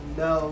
no